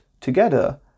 together